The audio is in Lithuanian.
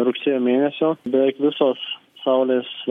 rugsėjo mėnesio beveik visos saulės